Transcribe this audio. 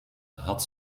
had